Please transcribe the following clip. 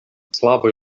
slavoj